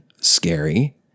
scary